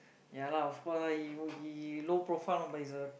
ya lah of course lah he he low profile no but he's a